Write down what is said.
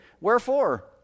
Wherefore